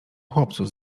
chłopców